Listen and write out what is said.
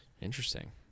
Interesting